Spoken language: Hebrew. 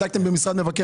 בדקתם במשרד מבקר המדינה?